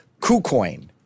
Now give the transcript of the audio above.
KuCoin